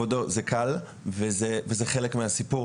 וזה חלק מהסיפור: